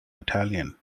italian